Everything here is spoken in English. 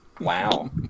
Wow